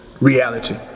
reality